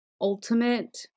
ultimate